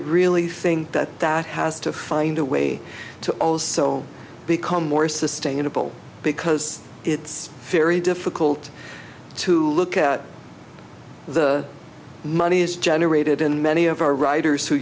really think that that has to find a way to also become more sustainable because it's very difficult to look at the money is generated in many of our writers who